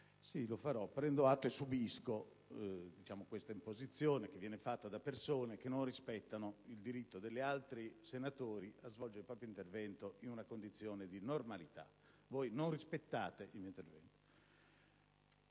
Sì, lo farò. Prendo atto e subisco questa imposizione, che viene fatta da persone che non rispettano il diritto degli altri senatori a svolgere il proprio intervento in una condizione di normalità. Voi non rispettate il mio intervento!